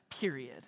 period